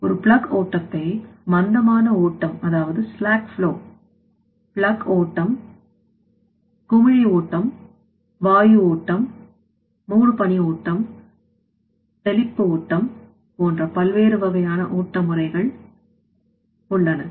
ஒரு பிளக்ஓட்டத்தில் மந்தமான ஓட்டம் பிளக்ஓட்டம் குமிழி ஓட்டம் வாயு ஓட்டம் மூடுபனி ஓட்டம் தெளிப்பு ஓட்டம் போன்ற பல்வேறு வகையான ஓட்ட முறைகள் உள்ளன